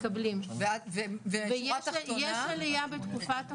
יש עלייה בתקופת הקורונה.